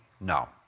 no